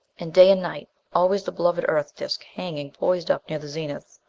and day and night, always the beloved earth disc hanging poised up near the zenith.